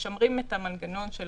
משמרים את המנגנון של